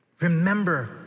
Remember